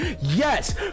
Yes